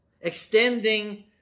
extending